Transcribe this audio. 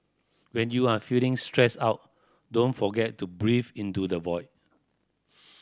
when you are feeling stressed out do't forget to breathe into the void